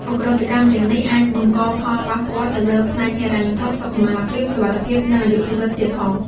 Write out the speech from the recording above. ឧក្រិដ្ឋកម្ម ទាំងនេះអាច បង្កផលប៉ះពាល់ ទៅលើ ផ្នែកហិរញ្ញវត្ថុ សុខមាលភាព សុវត្ថិភាព និង អាយុជីវិត ទៀតផង។